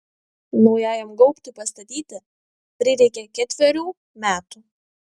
naujajam gaubtui pastatyti prireikė ketverių metų